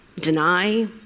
deny